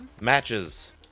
matches